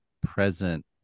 present